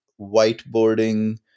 whiteboarding